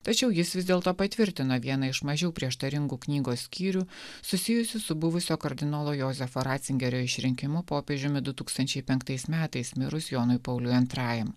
tačiau jis vis dėlto patvirtino vieną iš mažiau prieštaringų knygos skyrių susijusį su buvusio kardinolo jozefo ratzingerio išrinkimo popiežiumi du tūkstančiai penktais metais mirus jonui pauliui antrajam